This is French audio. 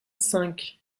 cinq